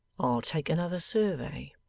i'll take another survey